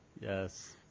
Yes